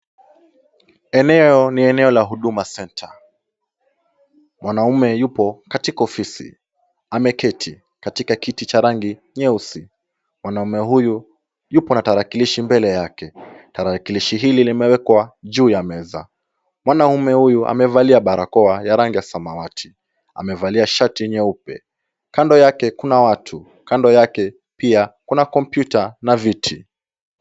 Eneo ni eneo la Huduma Centre. Mwanaume yupo katika ofisi ameketi katika kiti cha rangi nyeusi. Mwanaume huyu yupo na tarakilishi mbele yake. Tarakilishi hili limewekwa juu ya meza. Mwanaume huyu amevalia barakoa ya rangi ya samawati. Amevalia shati nyeupe. Kando yake kuna watu. Kando yake pia kuna kompyuta na viti.